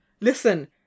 Listen